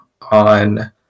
on